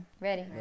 Ready